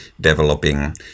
developing